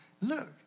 Look